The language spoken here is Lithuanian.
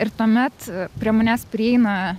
ir tuomet prie manęs prieina